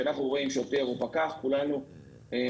כשאנחנו רואים שוטר או פקח, כולנו מורתעים.